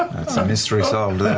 a mystery solved